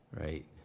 right